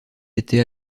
été